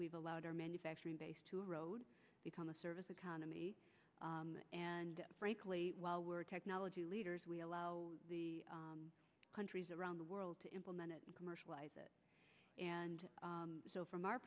we've allowed our manufacturing base to erode become a service economy and frankly while we're technology leaders we allow the countries around the world to implemented commercialize it and so from our